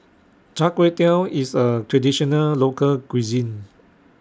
Char Kway Teow IS A Traditional Local Cuisine